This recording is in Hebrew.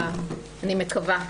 אני מקווה,